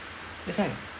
that's why